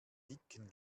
dicken